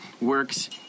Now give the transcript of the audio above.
works